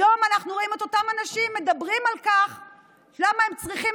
היום אנחנו רואים את אותם אנשים מסבירים למה הם צריכים